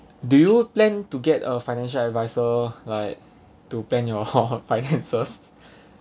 do you plan to get a financial adviser like to plan your finances